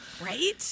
right